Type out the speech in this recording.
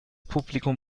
publikum